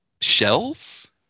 shells